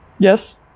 Yes